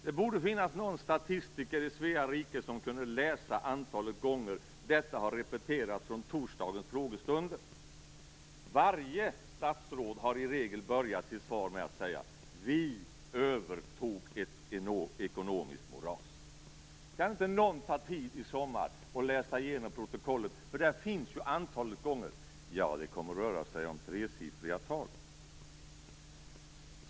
Det borde finnas någon statistiker i Svea rike som skulle kunna räkna antalet gånger som detta har repeterats i torsdagens frågestunder. Varje statsråd har i regel börjat sitt svar med att säga: Vi övertog ett ekonomiskt moras. Kan inte någon ta sig tid i sommar och läsa igenom protokollen? Där kan man ju finna hur många gånger det har sagts. Det kommer att röra sig om tresiffriga tal.